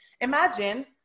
imagine